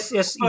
Yes